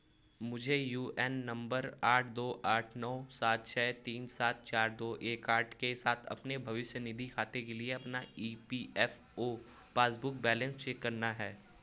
मुझे UAN number आठ दो आठ नौ सात छः तीन सात चार दो एक आठ के साथ अपने भविष्य निधि खाते के लिए अपना E P F O passbook balance check करना है